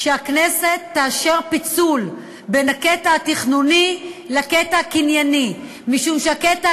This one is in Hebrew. שהכנסת תאשר פיצול בין הקטע התכנוני לקטע הקנייני,